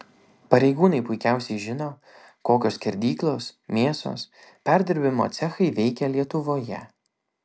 pareigūnai puikiausiai žino kokios skerdyklos mėsos perdirbimo cechai veikia lietuvoje